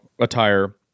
attire